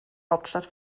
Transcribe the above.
hauptstadt